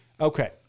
okay